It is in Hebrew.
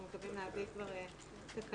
אנחנו מקווים להביא תקנות